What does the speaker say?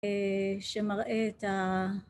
שמראה את ה...